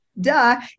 Duh